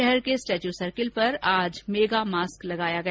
शहर के statue circle पर आज मेगा मास्क लगाया गया